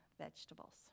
vegetables